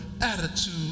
attitude